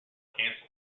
canceled